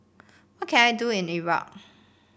what can I do in Iraq